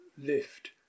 lift